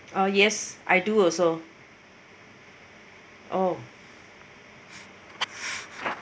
oh yes I do also oh